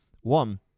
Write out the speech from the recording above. one